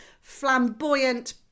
flamboyant